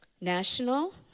national